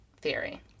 theory